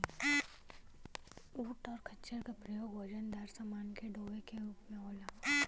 ऊंट और खच्चर का प्रयोग वजनदार समान के डोवे के रूप में होला